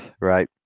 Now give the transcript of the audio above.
right